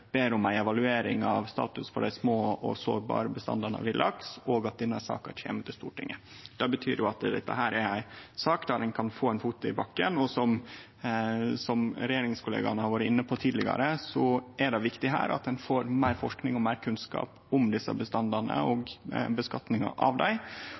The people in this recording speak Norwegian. ber om ei evaluering av statusen for dei små og sårbare bestandane av villaks, og at denne saka kjem til Stortinget. Det betyr at dette er ei sak der ein kan få ein fot i bakken. Som regjeringskollegaene har vore inne på tidlegare, er det viktig at ein får meir forsking og kunnskap om desse bestandane og utnyttinga av dei,